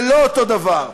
זה לא אותו דבר.